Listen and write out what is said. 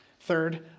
Third